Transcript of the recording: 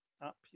up